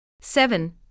seven